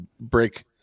break